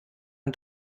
man